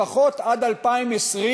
לפחות עד 2020,